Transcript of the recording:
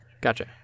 gotcha